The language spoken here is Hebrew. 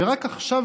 ורק עכשיו,